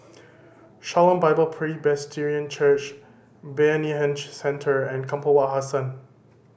Shalom Bible Presbyterian Church Bayanihan Centre and Kampong Wak Hassan